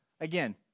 Again